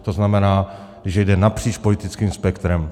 To znamená, že jde napříč politickým spektrem.